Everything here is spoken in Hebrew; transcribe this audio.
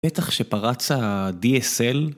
בטח שפרץ ה-DSL